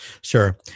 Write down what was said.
Sure